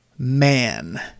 Man